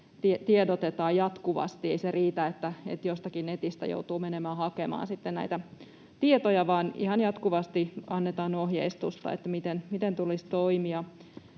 tiedotetaan jatkuvasti. Ei se riitä, että jostakin netistä joutuu mennä hakemaan näitä tietoja, vaan ihan jatkuvasti annetaan ohjeistusta, miten tulisi toimia.